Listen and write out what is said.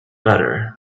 better